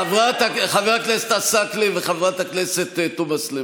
חבר הכנסת עסאקלה וחברת הכנסת תומא סלימאן.